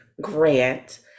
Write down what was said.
grant